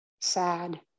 sad